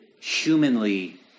humanly